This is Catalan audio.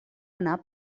anar